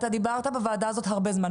אתה דיברת בוועדה הזאת הרבה זמן.